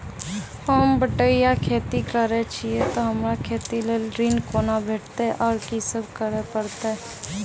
होम बटैया खेती करै छियै तऽ हमरा खेती लेल ऋण कुना भेंटते, आर कि सब करें परतै?